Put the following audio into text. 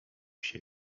się